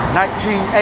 1980